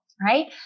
right